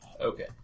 Okay